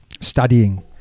studying